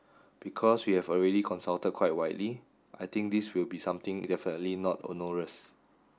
because we have already consulted quite widely I think this will be something definitely not onerous